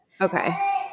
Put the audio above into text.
Okay